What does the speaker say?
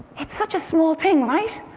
it's such a small thing, right?